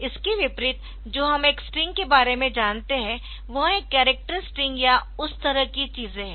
इसके विपरीत जो हम एक स्ट्रिंग के बारे में जानते है वह एक कॅरक्टर स्ट्रिंग या उस तरह की चीजें है